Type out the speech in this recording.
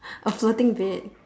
a floating bed